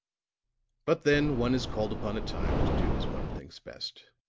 but then one is called upon at times to do as one thinks best,